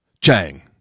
Chang